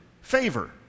favor